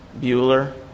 Bueller